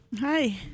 Hi